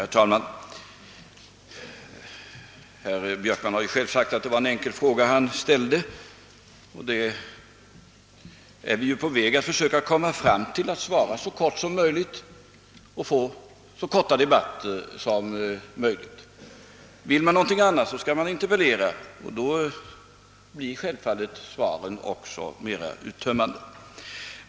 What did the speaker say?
Herr talman! Herr Björkman har själv sagt att det var en enkel fråga han ställde. Vi försöker nu att svara så kort som möjligt på sådana frågor och därigenom få korta debatter. Vill man något annat skall man interpellera. Då blir också svaret mera uttömmande.